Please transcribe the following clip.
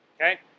Okay